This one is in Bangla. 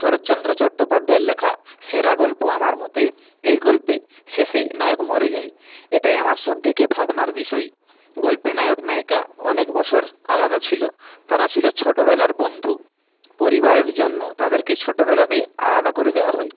শরৎচন্দ্র চট্টোপাধ্যায়ের লেখা সেরা গল্প আমার মতে এই গল্পের শেষে নায়ক মরে যায় এটাই আমার সবথেকে ভাবনার বিষয় গল্পে নায়ক নায়িকা অনেক বছর আলাদা ছিল তারা ছিল ছোটবেলার বন্ধু পরিবারের জন্য তাদেরকে ছোটোবেলাতেই আলাদা করে দেওয়া হয়